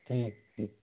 ٹھیک ٹھیک